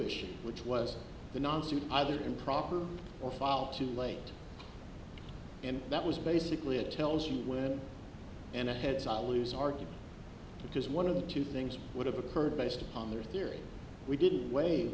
issue which was the non suit either improper or fall too late and that was basically it tells you when and ahead it's always argued because one of the two things would have occurred based upon their theory we didn't w